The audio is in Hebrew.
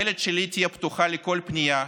הדלת שלי תהיה פתוחה לכל פנייה,